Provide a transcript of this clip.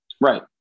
Right